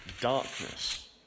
darkness